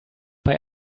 bei